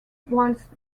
whilst